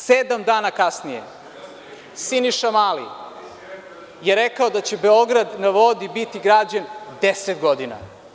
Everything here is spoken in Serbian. Sedam dana kasnije Siniša Mali je rekao da će „Beograd na vodi“ biti građen deset godina.